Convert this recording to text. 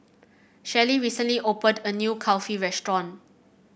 Shelli recently opened a new Kulfi restaurant